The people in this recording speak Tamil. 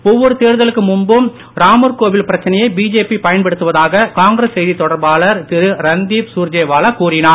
ஒவ்வொரு தேர்தலுக்கு முன்பும் ராமர் கோவில் பிரச்சனையை பிஜேபி பயன்படுத்துவதாக காங்கிரஸ் செய்தி தொடர்பாளர் திரு ரண்தீப் சூர்ஜேவாலா கூறினார்